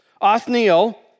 Othniel